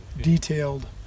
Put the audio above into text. detailed